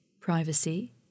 privacy